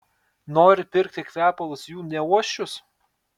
nori pirkti kvepalus jų neuosčius